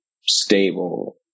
stable